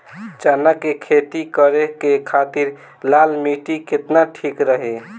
चना के खेती करे के खातिर लाल मिट्टी केतना ठीक रही?